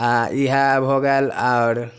आ इएह भऽ गेल आओर